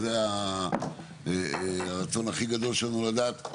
זה הרצון הכי גדול שלנו לדעת,